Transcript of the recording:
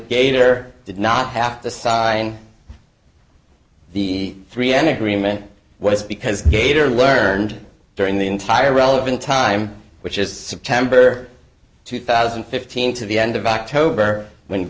gator did not have to sign the three an agreement was because gator learned during the entire relevant time which is september two thousand and fifteen to the end of october when